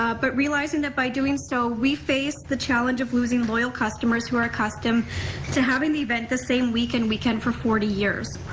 ah but realizing that by doing so, we face the challenge of losing loyal customers who are accustomed to having the event the same week and weekend for forty years.